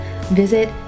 visit